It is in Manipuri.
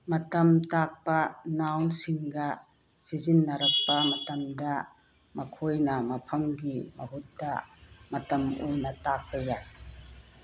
ꯃꯇꯝ ꯇꯥꯛꯄ ꯅꯥꯎꯟꯁꯤꯡꯒ ꯁꯤꯖꯤꯟꯅꯔꯛꯄ ꯃꯇꯝꯗ ꯃꯈꯣꯏꯅ ꯃꯐꯝꯒꯤ ꯃꯍꯨꯠꯇ ꯃꯇꯝ ꯑꯣꯏꯅ ꯇꯥꯛꯄ ꯌꯥꯏ